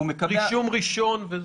רישום ראשון?